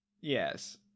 Yes